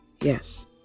Yes